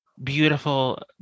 beautiful